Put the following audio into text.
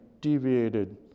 deviated